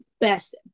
best